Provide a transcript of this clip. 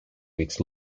weeks